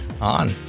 On